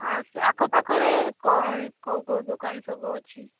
ଆଉ ଆଖ ପାଖରେ କ'ଣ କେଉଁ କେଉଁ ଦୋକାନ ସବୁ ଅଛି